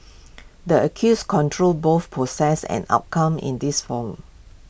the accused controls both process and outcome in this forum